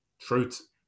truth